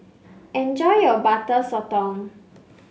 enjoy your Butter Sotong